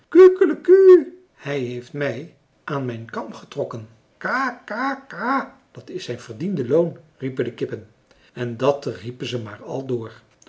kukeleku hij heeft mij aan mijn kam getrokken ka ka ka dat is zijn verdiende loon riepen de kippen en dat riepen ze maar al door